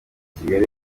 kigali